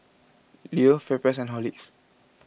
Leo FairPrice and Horlicks